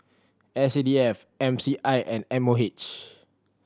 S C D F M C I and M O H